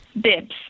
Bibs